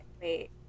Wait